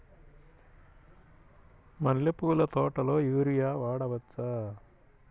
మల్లె పూల తోటలో యూరియా వాడవచ్చా?